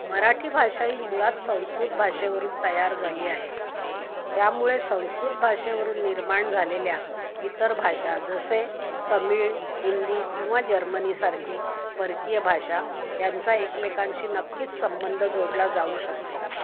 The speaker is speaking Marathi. मराठी भाषा ही मुळात संस्कृत भाषेवरून तयार झाली आहे त्यामुळे संस्कृत भाषेवरून निर्माण झालेल्या इतर भाषा जसे तमिळ हिंदी किंवा जर्मनीसारखी परकीय भाषा यांचा एकमेकांशी नक्कीच संबंध जोडला जाऊ शकतो